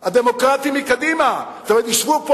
הדמוקרטים מקדימה ישבו פה,